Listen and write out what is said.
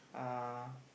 uh